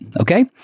Okay